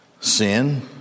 sin